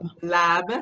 Lab